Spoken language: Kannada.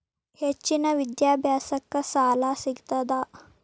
ಹೆಚ್ಚಿನ ವಿದ್ಯಾಭ್ಯಾಸಕ್ಕ ಸಾಲಾ ಸಿಗ್ತದಾ?